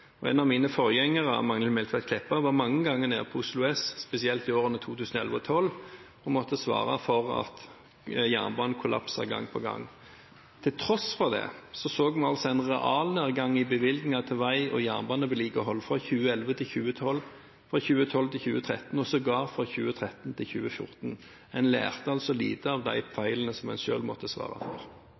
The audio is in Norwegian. En av mine forgjengere, Magnhild Meltveit Kleppa, var mange ganger nede på Oslo S, spesielt i årene 2011 og 2012, og måtte svare for at jernbanen kollapset gang på gang. Til tross for det så vi en realnedgang i bevilgninger til vei- og jernbanevedlikehold fra 2011 til 2012, fra 2012 til 2013 og sågar fra 2013 til 2014. En lærte altså lite av de feilene en selv måtte svare for.